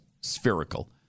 spherical